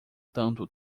tanto